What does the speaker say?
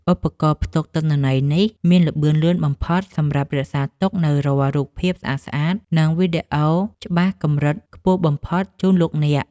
ឧបករណ៍ផ្ទុកទិន្នន័យនេះមានល្បឿនលឿនបំផុតសម្រាប់រក្សាទុកនូវរាល់រូបភាពស្អាតៗ និង វីដេអូច្បាស់កម្រិតខ្ពស់បំផុតជូនលោកអ្នក។